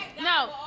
No